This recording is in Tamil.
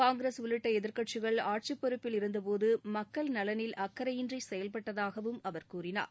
காங்கிரஸ் உள்ளிட்ட எதிர்க்கட்சிகள் ஆட்சிப் பொறுப்பில் இருந்தபோது மக்கள் நலனில் அக்கறையின்றி செயல்பட்டதாகவும் அவர் கூறினார்